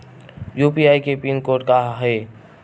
UPI के pin code का हे?